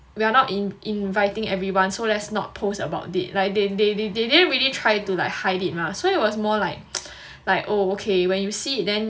we are not in~ inviting everyone so let's not post about it like they they they they didn't really try to like hide it lah so it was more like like oh okay when you see it then